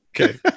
okay